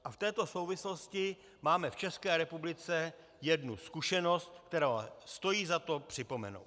V této souvislosti máme v České republice jednu zkušenost, kterou stojí za to připomenout.